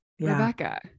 Rebecca